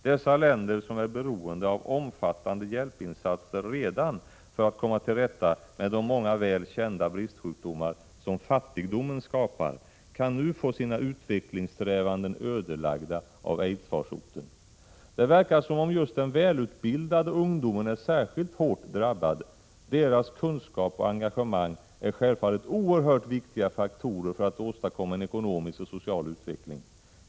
Dessa länder, som är beroende av omfattande hjälpinsatser redan för att komma till rätta med många väl kända bristsjukdomar som fattigdomen skapar, kan nu få sina utvecklingssträvanden ödelagda av aidsfarsoten. Det verkar som om just den välutbildade ungdomen är särskilt hårt drabbad. Deras kunskap och engagemang är självfallet oerhört viktiga faktorer för att åstadkomma en ekonomisk och social utveckling.